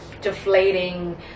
deflating